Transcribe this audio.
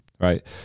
right